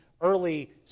early